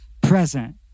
present